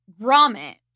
grommet